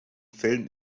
fällen